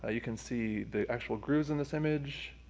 ah you can see the actual grooves in this image.